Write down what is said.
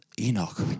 Enoch